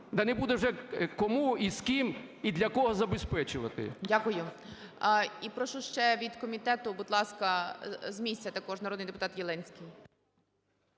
не буде вже кому і з ким, і для кого забезпечувати.